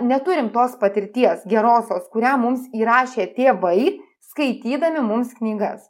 neturim tos patirties gerosios kurią mums įrašė tėvai skaitydami mums knygas